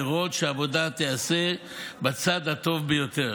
לראות שהעבודה תיעשה על הצד הטוב ביותר.